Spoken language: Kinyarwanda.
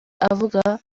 avuga